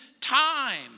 time